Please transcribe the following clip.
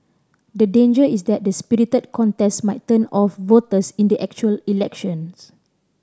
the danger is that the spirited contest might turn off voters in the actual elections